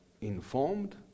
informed